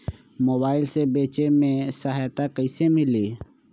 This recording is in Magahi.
मोबाईल से बेचे में सहायता कईसे मिली?